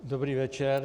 Dobrý večer.